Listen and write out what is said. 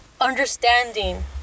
understanding